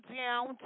down